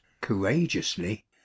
courageously